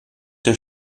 der